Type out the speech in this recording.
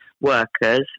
workers